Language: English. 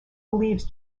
believes